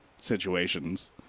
situations